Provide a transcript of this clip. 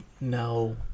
no